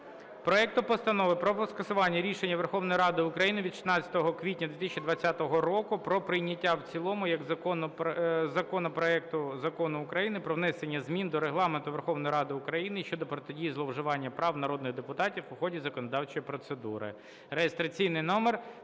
проекту Постанови про скасування рішення Верховної Ради України від 16 квітня 2020 року про прийняття в цілому як закону проекту Закону України "Про внесення змін до Регламенту Верховної Ради України щодо протидії зловживанням прав народних депутатів у ході законодавчої процедури" (реєстраційний номер